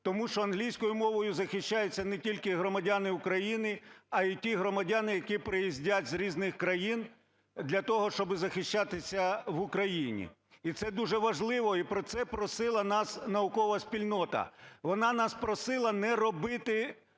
тому що англійською мовою захищаються не тільки громадяни України, а й ті громадяни, які приїздять з різних країн для того, щоб захищатися в Україні. І це дуже важливо, і про це просила нас наукова спільнота, вона нас просила не робити